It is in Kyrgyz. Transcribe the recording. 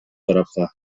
тарапка